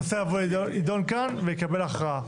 הנושא ידון כאן ותתקבל הכרעה.